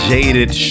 Jaded